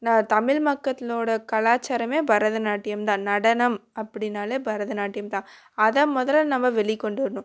நான் தமிழ் மக்கத்துளோடய கலாச்சாரமே பரதநாட்டியம் தான் நடனம் அப்படின்னாலே பரதநாட்டியம் தான் அதை முதல நம்ம வெளிக்கொண்டு வரணும்